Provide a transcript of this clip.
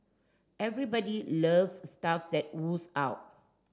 everybody loves stuff that oozes out